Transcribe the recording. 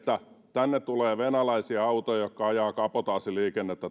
tänne tulee venäläisiä autoja jotka ajavat kabotaasiliikennettä